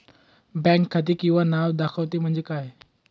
Bank खाते किंवा नाव दाखवते म्हणजे काय?